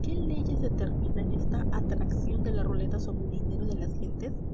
qué leyes determinan esta atracción de la ruleta sobre el dinero de las gentes